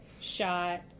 shot